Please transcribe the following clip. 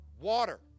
water